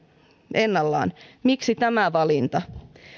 ennallaan miksi tämä valinta